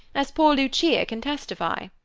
as poor lucia can testify.